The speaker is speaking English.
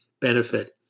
benefit